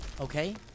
Okay